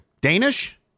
Danish